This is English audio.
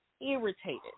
irritated